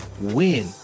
win